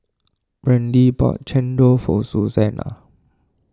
Brandie bought Chendol for Suzanna